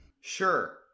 Sure